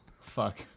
fuck